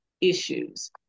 issues